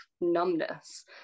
numbness